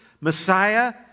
Messiah